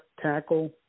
tackle